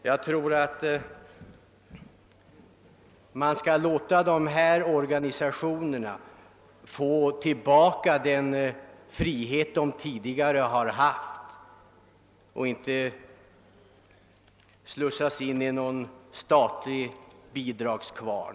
Jag tror att man skall låta dessa organisationer få behålla sin frihet och inte slussa in dem i någon statlig bidragskvarn.